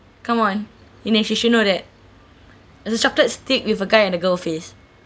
come on vinesh you should know that there's a chocolate stick with a guy and a girl face